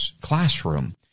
classroom